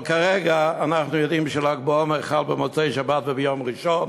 אבל כרגע אנחנו יודעים של"ג בעומר חל במוצאי-שבת וביום ראשון,